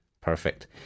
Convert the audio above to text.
Perfect